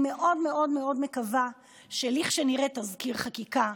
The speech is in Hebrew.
אני מאוד מאוד מאוד מקווה שכשנראה תזכיר חקיקה,